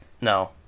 No